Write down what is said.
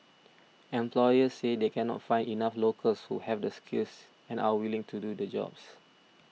employers say they cannot find enough locals who have the skills and are willing to do the jobs